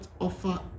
offer